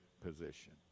position